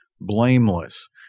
blameless